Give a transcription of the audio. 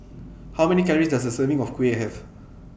How Many Calories Does A Serving of Kuih Have